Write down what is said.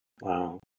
Wow